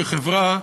כחברה,